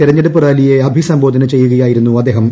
തെരഞ്ഞെടുപ്പ് റാലിയെ അഭിസംബോധന ചെയ്യുകയായിരുന്നു അദ്ദേഹം